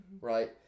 right